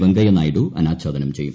വെങ്കയ്യനായിഡു അനാച്ഛാദനം ചെയ്യും